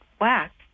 wax